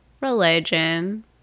religion